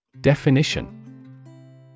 Definition